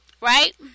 Right